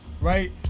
right